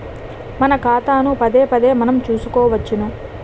మన ఖాతాను పదేపదే మనం చూసుకోవచ్చును